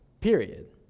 period